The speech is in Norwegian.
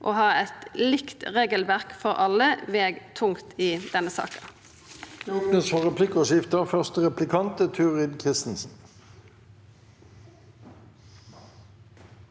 å ha eit likt regelverk for alle veg tungt i denne saka.